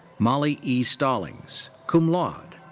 molly e. stallings, cum laude.